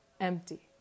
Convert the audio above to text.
empty